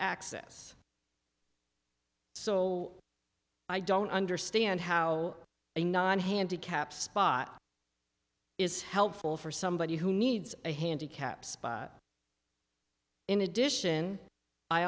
access so i don't understand how a nine handicap spot is helpful for somebody who needs a handicap spot in addition i